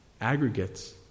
aggregates